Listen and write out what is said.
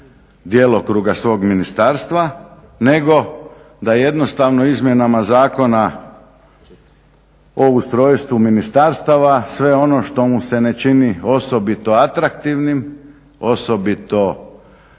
djelokruga svog ministarstva, nego da jednostavno izmjenama zakona o ustrojstvu ministarstava sve ono što mu se ne čini osobito atraktivnim, osobito